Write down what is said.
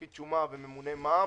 כתשומת וממונה מע"מ,